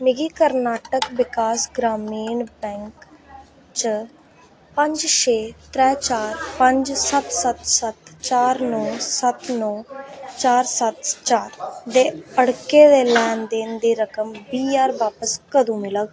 मिगी कर्नाटक विकास ग्रामीण बैंक च पंज छे त्रै चार पंज सत्त सत्त सत्त चार नौ सत्त नौ चार सत्त चार दे अड़के दे लैन देन दी रकम बीह् ज्हार बापस कदूं मिलग